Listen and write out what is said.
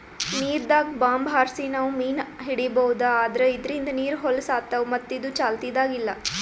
ನೀರ್ದಾಗ್ bomb ಹಾರ್ಸಿ ನಾವ್ ಮೀನ್ ಹಿಡೀಬಹುದ್ ಆದ್ರ ಇದ್ರಿಂದ್ ನೀರ್ ಹೊಲಸ್ ಆತವ್ ಮತ್ತ್ ಇದು ಚಾಲ್ತಿದಾಗ್ ಇಲ್ಲಾ